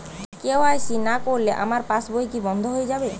KYC না করলে আমার পাশ বই কি বন্ধ হয়ে যাবে?